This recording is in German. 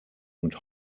und